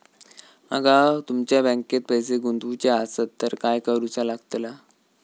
माका तुमच्या बँकेत पैसे गुंतवूचे आसत तर काय कारुचा लगतला?